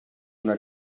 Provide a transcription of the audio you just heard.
una